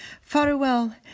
Farewell